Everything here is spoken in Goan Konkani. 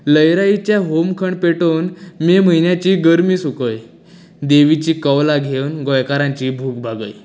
लयराईचे होमखण पेटोवन मे म्हयन्याची गरमी सुकय देवीचीं कवलां घेवन गोंयकारांची भूख भागय